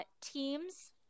teams